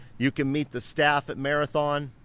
you can meet the staff at marathon,